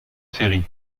série